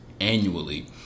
annually